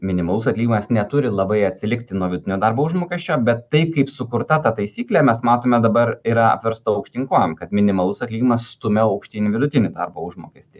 minimalus atlyginimas neturi labai atsilikti nuo vidinio darbo užmokesčio bet tai kaip sukurta ta taisyklė mes matome dabar yra apversta aukštyn kojom kad minimalus atlyginimas stumia aukštyn vidutinį darbo užmokestį